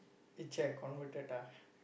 teacher converted ah